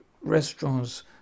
restaurants